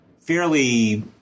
fairly